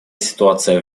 ситуация